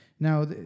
Now